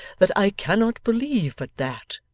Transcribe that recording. that i cannot believe but that,